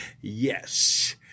Yes